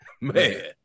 Man